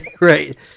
Right